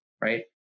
right